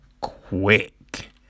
quick